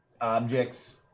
Objects